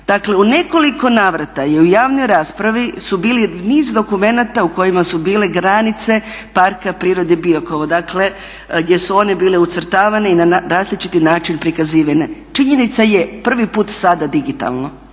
Dakle, u nekoliko navrata u javnoj raspravi su bili niz dokumenata u kojima su bile granice Parka prirode Biokovo, gdje su one bile ucrtavane i na različiti način prikazivane. Činjenica je prvi put sada digitalno,